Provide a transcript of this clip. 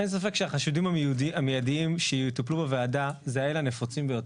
אין ספק שהחשודים המיידיים שיטופלו בוועדה זה אלה הנפוצים ביותר.